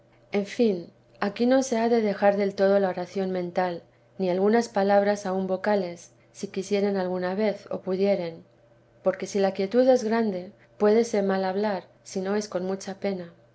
en fin aquí no se ha de dejar del todo la oración mental ni algunas palabras aun vocales si quisieren alguna vez o pudieren porque si la quietud es grande puédese mal hablar si no es con mucha pena